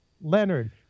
Leonard